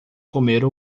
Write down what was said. comer